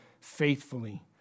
faithfully